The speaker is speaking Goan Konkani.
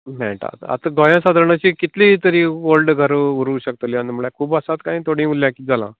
मेळटा आतां गोंयांत सादारण अशी कितली तरी वोल्ड घर उरू शकतली म्हळ्यार खूब वर्सा उल्ल्या कितें जाला